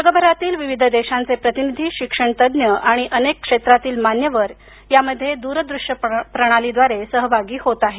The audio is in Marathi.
जगभरातील विविध देशांचे प्रतिनिधी शिक्षणतज्ज्ञ आणि अनेक क्षेत्रातील मान्यवर त्यामध्ये दूरदृश्य प्रणालीद्वारे सहभागी होत आहेत